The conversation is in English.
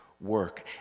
work